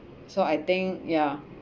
so I think ya